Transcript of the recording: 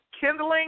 kindling